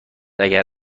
اگر